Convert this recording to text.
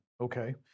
okay